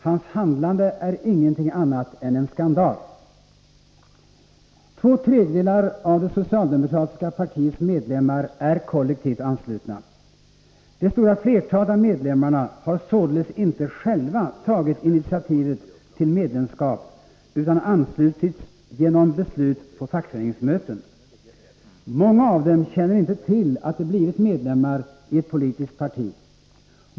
Hans handlande är ingenting annat än en skandal. Två tredjedelar av det socialdemokratiska partiets medlemmar är kollektivt anslutna. Det stora flertalet av medlemmarna har således inte själva tagit initiativet till medlemskap utan anslutits genom beslut på fackföreningsmöten. Många av dem känner inte till att de blivit medlemmar i ett politiskt parti.